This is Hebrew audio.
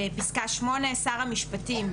(8) שר המשפטים,